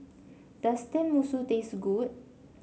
does Tenmusu taste good